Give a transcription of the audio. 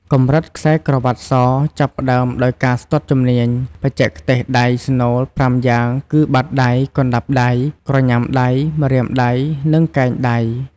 កម្រិតខ្សែក្រវ៉ាត់ស ចាប់ផ្តើមដោយការស្ទាត់ជំនាញ បច្ចេកទេសដៃស្នូលប្រាំយ៉ាងគឹ បាតដៃ កណ្តាប់ដៃ ក្រញាំដៃ ម្រាមដៃ និងកែងដៃ។